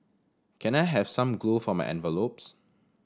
can I have some glue for my envelopes